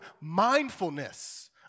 mindfulness